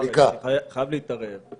אני חייב להתערב.